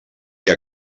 què